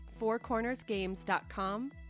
fourcornersgames.com